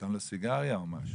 נתן לו סיגריה או משהו,